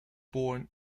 born